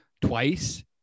twice